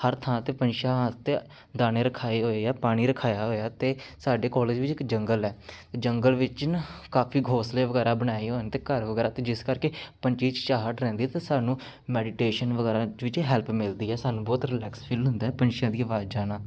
ਹਰ ਥਾਂ 'ਤੇ ਪੰਛੀਆਂ ਵਾਸਤੇ ਦਾਣੇ ਰਖਵਾਏ ਹੋਏ ਹਾਂ ਪਾਣੀ ਰਖਵਾਇਆ ਹੋਇਆ ਅਤੇ ਸਾਡੇ ਕੋਲਜ ਵਿੱਚ ਇੱਕ ਜੰਗਲ ਹੈ ਜੰਗਲ ਵਿੱਚ ਨਾ ਕਾਫ਼ੀ ਘੋਸਲੇ ਵਗੈਰਾ ਬਣਾਏ ਹੋਏ ਨੇ ਅਤੇ ਘਰ ਵਗੈਰਾ 'ਤੇ ਜਿਸ ਕਰਕੇ ਪੰਛੀ ਦੀ ਚਾਹਟ ਰਹਿੰਦੀ ਅਤੇ ਸਾਨੂੰ ਮੈਡੀਟੇਸ਼ਨ ਵਗੈਰਾ ਵਿੱਚ ਹੈਲਪ ਮਿਲਦੀ ਹੈ ਸਾਨੂੰ ਬਹੁਤ ਰਿਲੈਕਸ ਫੀਲ ਹੁੰਦਾ ਪੰਛੀਆਂ ਦੀ ਆਵਾਜ਼ਾਂ ਨਾਲ